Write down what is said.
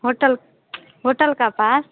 hotel hotel के पास